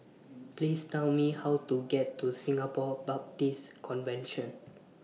Please Tell Me How to get to Singapore Baptist Convention